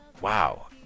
Wow